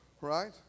Right